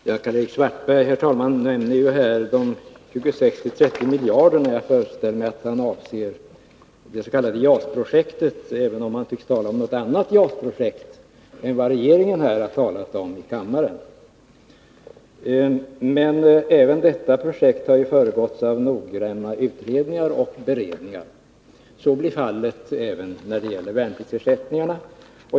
Herr talman! Karl-Erik Svartberg nämner här att man är beredd att binda sig för 26-30 miljarder. Jag föreställer mig att han avser JAS-projektetäven om han tycks tala om ett annat JAS-projekt än det regeringen talat om här i kammaren. Förslaget om detta projekt har föregåtts av noggranna beräkningar och utredningar. Så blir fallet även beträffande värnpliktsersättningarna.